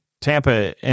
Tampa